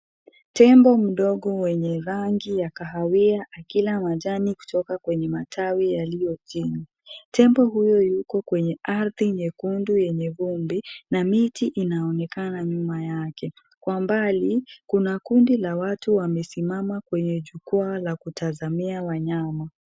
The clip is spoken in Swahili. Tembo mdogo mwenye rangi ya kahawia akila majani kutoka kwenye matawi yaliyo chini. Tembo huyo yuko kwenye ardhi nyekundu yenye vumbi na miti inaonekana nyuma yake. Kwa mbali, kuna kundi la watu wamesimama kwenye jukwaa la kutazamia wanyama.